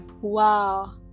wow